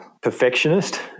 perfectionist